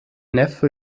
neffe